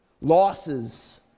losses